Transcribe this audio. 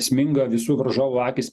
sminga visų varžovų akys